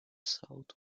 south